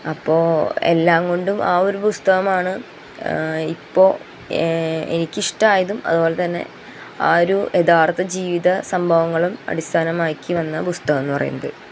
അപ്പോൾ എല്ലാം കൊണ്ടും ആ ഒരു പുസ്തകമാണ് ഇപ്പോൾ എ എനിക്കിഷ്ടായതും അതുപോലെ തന്നെ ആ ഒരു യഥാര്ത്ഥ ജീവിത സംഭവങ്ങളും അടിസ്ഥാനമാക്കി വന്ന പുസ്തകമെന്ന് പറയുന്നത്